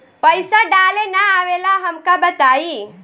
पईसा डाले ना आवेला हमका बताई?